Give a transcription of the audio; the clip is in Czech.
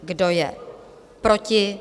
Kdo je proti?